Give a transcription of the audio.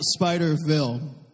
Spiderville